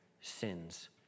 sins